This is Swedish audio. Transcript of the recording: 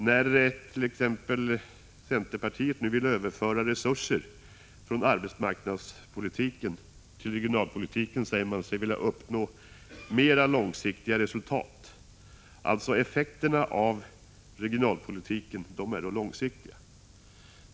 När man i centerpartiet t.ex. vill överföra resurser från arbetsmarknadspolitiken till regionalpolitiken säger man sig vilja uppnå mera långsiktiga resultat — man utgår då från att effekterna av regionalpolitiken är långsiktiga.